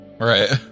Right